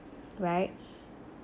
right